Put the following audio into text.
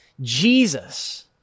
Jesus